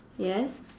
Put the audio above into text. yes